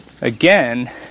again